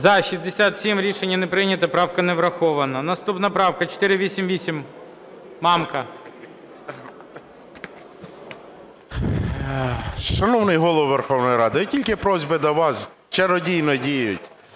За-67 Рішення не прийнято. Правка не врахована. Наступна правка 488, Мамки. 14:19:11 МАМКА Г.М. Шановний Голово Верховної Ради, тільки просьби до вас чародійно діють